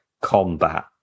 combat